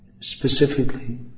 specifically